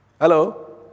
hello